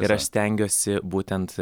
ir aš stengiuosi būtent